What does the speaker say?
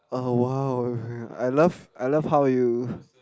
oh !wow! I love I love how you